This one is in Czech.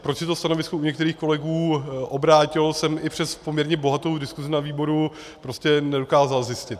Proč se to stanovisko u některých kolegů obrátilo, jsem i přes poměrně bohatou diskusi na výboru prostě nedokázal zjistit.